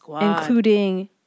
including